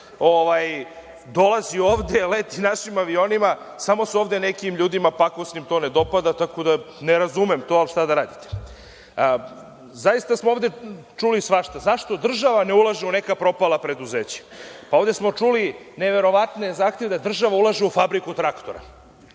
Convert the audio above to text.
dolazi ovde, leti našim avionima, a samo se nekim ljudima ovde, pakosnim, to ne dopada. Ne razumem to, ali šta da radite. Zaista smo ovde čuli svašta. Zašto država ne ulaže u neka propala preduzeća? Čuli smo neverovatne zahteve da država ulaže u fabriku traktora.